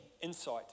insight